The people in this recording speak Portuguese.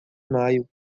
maio